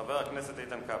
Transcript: חבר הכנסת איתן כבל,